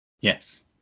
yes